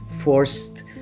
forced